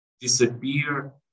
disappear